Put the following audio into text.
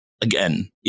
Again